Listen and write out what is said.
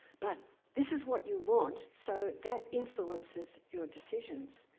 but this is what you want, so that influences your decisions.